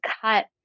cut